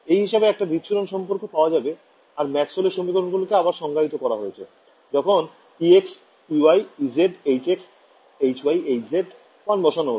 এই হিসেবে একটা বিচ্ছুরণ সম্পর্ক পাওয়া যাবে আর ম্যাক্সওয়েল এর সমীকরণগুলোকে আবার সংজ্ঞায়িত করা হয়েছে যখন ex ey ez hx hy hz 1 বসান হল